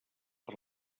per